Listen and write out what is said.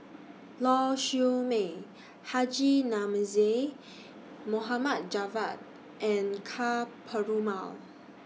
Lau Siew Mei Haji Namazie Mohamed Javad and Ka Perumal